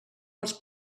els